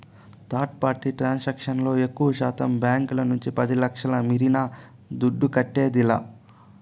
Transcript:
third party transaction లో ఎక్కువశాతం బాంకీల నుంచి పది లచ్ఛల మీరిన దుడ్డు కట్టేదిలా